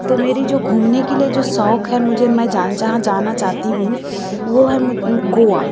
तो मेरी जो घूमने के लिये जो शौक है मुझे मैं जहाँ जाना चाहती हूँ वो है गोवा